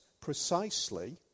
precisely